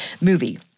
movie